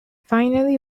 finally